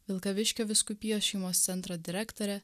vilkaviškio vyskupijos šeimos centro direktorė